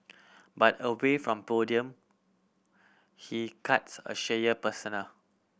but away from podium he cuts a shyer persona